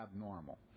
abnormal